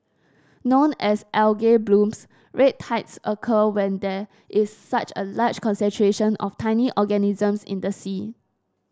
known as algae blooms red tides occur when there is such a large concentration of tiny organisms in the sea